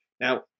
Now